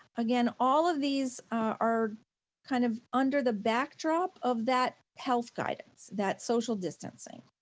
again, all of these are kind of under the backdrop of that health guidance, that social distancing.